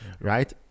right